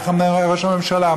איך אומר ראש הממשלה?